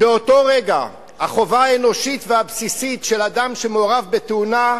באותו רגע החובה האנושית והבסיסית של אדם שמעורב בתאונה,